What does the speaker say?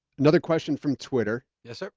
another question from twitter. yessir.